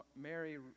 Mary